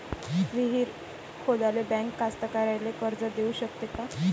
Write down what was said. विहीर खोदाले बँक कास्तकाराइले कर्ज देऊ शकते का?